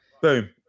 Boom